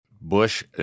Bush